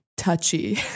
touchy